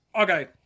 okay